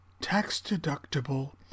tax-deductible